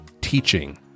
teaching